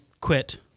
Quit